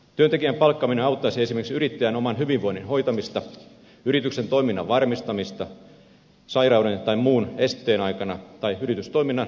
työntekijän palkkaaminen auttaisi esimerkiksi yrittäjän oman hyvinvoinnin hoitamista yrityksen toiminnan varmistamista sairauden tai muun esteen aikana tai yritystoiminnan laajentamista